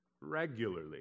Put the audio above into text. regularly